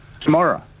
tomorrow